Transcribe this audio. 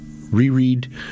Reread